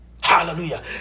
hallelujah